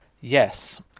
Yes